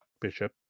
Bishop